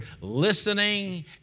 listening